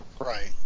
Right